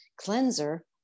cleanser